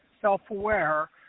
self-aware